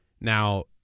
Now